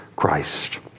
christ